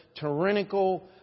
tyrannical